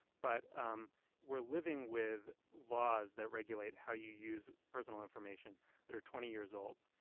but um we're living with laws that regulate how you use personal information that are twenty years old.